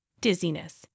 Dizziness